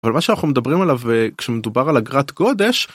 אבל מה שאנחנו מדברים עליו כשמדובר על אגרת גודש.